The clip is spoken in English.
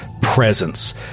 presence